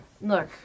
Look